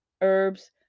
herbs